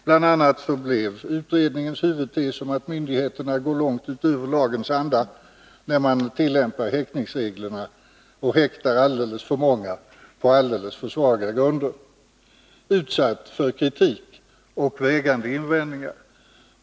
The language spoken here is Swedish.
Bl.a. blev utredningens huvudtes om att myndigheterna går långt utöver lagens anda, när de tillämpar häktningsreglerna och häktar alldeles för många på alldeles för svaga grunder, utsatt för kritik och vägande invändningar.